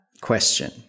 question